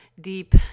deep